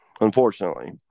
unfortunately